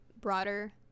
broader